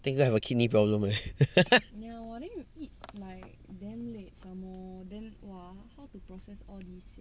think I'm gonna have a kidney problem leh